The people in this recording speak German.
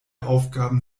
aufgaben